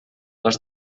les